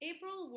April